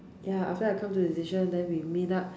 ya after I come to the decision and then we meet up